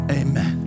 amen